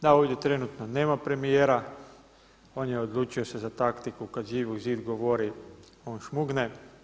Da, ovdje trenutno nema premijera on je odlučio se za taktiku kad Živi zid govori on šmugne.